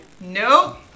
nope